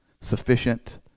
sufficient